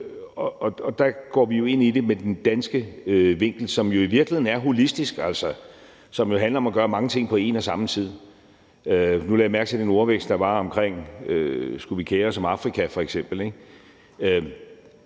Og der går vi jo ind i det med den danske vinkel, som jo i virkeligheden er holistisk, og som jo handler om at gøre mange ting på en og samme tid. Nu lagde jeg mærke til den ordveksling, der var, om, hvorvidt vi skulle kere os om f.eks.